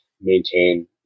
maintain